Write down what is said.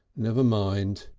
never mind!